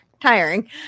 tiring